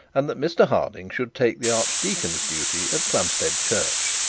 and that mr harding should take the archdeacon's duty at plumstead church.